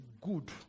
good